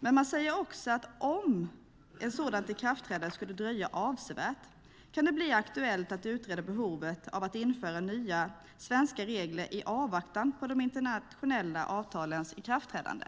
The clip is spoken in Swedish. Men man säger också att om ett sådant ikraftträdande skulle dröja avsevärt kan det bli aktuellt att utreda behovet av att införa nya svenska regler i avvaktan på de internationella avtalens ikraftträdande.